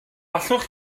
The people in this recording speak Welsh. allwch